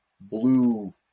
blue